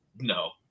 No